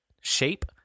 shape